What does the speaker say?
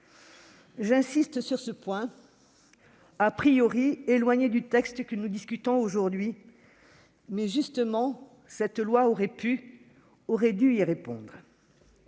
J'insiste sur ce problème : il est éloigné du texte que nous discutons aujourd'hui, mais, justement, cette loi aurait pu et dû y répondre.